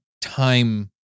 time